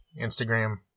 Instagram